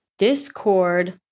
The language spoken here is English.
discord